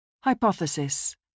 Hypothesis